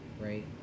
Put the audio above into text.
right